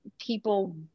people